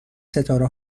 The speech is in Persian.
ستاره